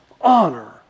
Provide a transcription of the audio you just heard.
honor